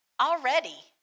Already